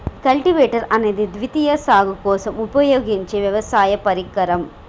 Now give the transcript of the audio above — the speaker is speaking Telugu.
కల్టివేటర్ అనేది ద్వితీయ సాగు కోసం ఉపయోగించే వ్యవసాయ పరికరం